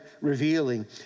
revealing